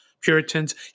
Puritans